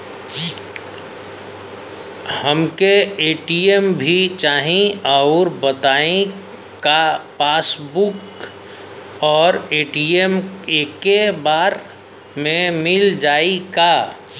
हमके ए.टी.एम भी चाही राउर बताई का पासबुक और ए.टी.एम एके बार में मील जाई का?